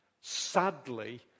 sadly